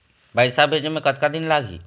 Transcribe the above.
पैसा भेजे मे कतका दिन लगही?